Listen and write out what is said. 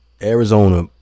Arizona